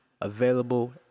Available